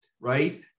right